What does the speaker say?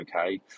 okay